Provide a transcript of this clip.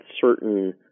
certain—